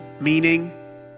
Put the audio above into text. meaning